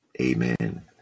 Amen